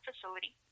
facility